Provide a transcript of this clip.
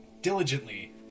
diligently